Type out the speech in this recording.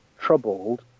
troubled